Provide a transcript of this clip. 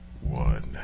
one